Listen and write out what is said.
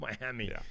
Miami